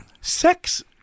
sex